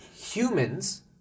humans